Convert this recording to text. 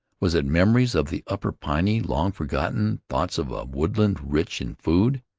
was it memories of the upper piney, long forgotten thoughts of a woodland rich in food?